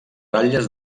ratlles